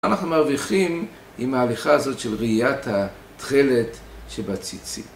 אנחנו מרוויחים עם ההליכה הזאת של ראיית התכלת שבציצית